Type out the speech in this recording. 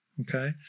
Okay